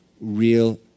real